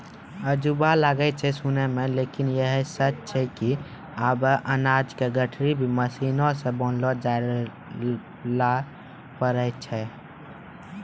अजूबा लागै छै सुनै मॅ लेकिन है सच छै कि आबॅ अनाज के गठरी भी मशीन सॅ बनैलो जाय लॅ पारै छो